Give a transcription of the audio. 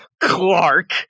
Clark